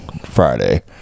friday